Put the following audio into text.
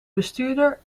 bestuurder